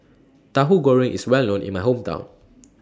Tahu Goreng IS Well known in My Hometown